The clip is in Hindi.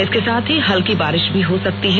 इसके साथ ही हल्की बारिश भी हो सकती है